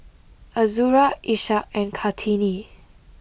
Azura Ishak and Kartini